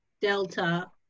delta